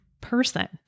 person